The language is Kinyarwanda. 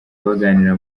baganira